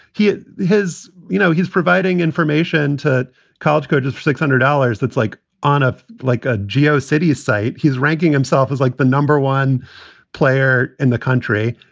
he has you know, he's providing information to college coaches for six hundred dollars. that's like on ah like a geocities site. he's ranking himself as like the number one player in the country.